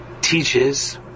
teaches